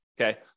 Okay